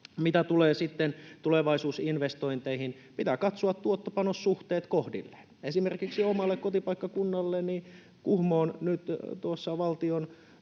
Mitä tulee sitten tulevaisuusinvestointeihin, pitää katsoa tuotto—panos-suhteet kohdilleen. Esimerkiksi omalle kotipaikkakunnalleni Kuhmoon nyt valtion